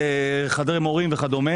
חדרי מורים וכו'.